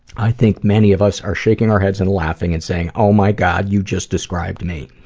i think many of us are shaking our heads and laughing and saying oh my god you just described me.